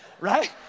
right